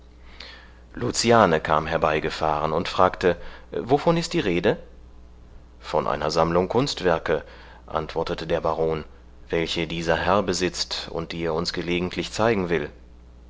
luciane kam herbeigefahren und fragte wovon ist die rede von einer sammlung kunstwerke antwortete der baron welche dieser herr besitzt und die er uns gelegentlich zeigen will